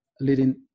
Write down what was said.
leading